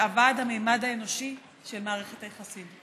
שאבד הממד האנושי של מערכת היחסים.